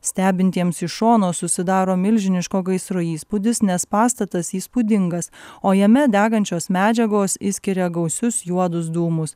stebintiems iš šono susidaro milžiniško gaisro įspūdis nes pastatas įspūdingas o jame degančios medžiagos išskiria gausius juodus dūmus